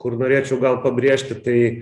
kur norėčiau gal pabrėžti tai